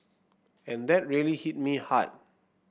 and that really hit me hard